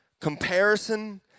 Comparison